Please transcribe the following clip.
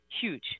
huge